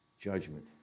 judgment